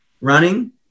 running